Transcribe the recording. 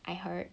I heard